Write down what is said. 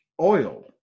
oil